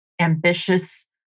ambitious